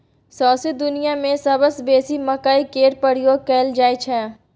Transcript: सौंसे दुनियाँ मे सबसँ बेसी मकइ केर प्रयोग कयल जाइ छै